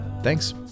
Thanks